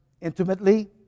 intimately